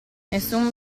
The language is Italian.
nessun